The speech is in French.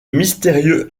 mystérieux